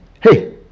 Hey